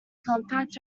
compact